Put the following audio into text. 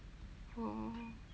oh